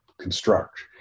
construct